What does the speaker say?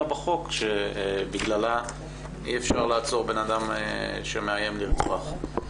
בחוק שבגללה אי-אפשר לעצור בן אדם שמאיים לרצוח.